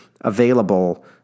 available